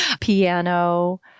piano